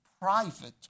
private